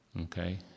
okay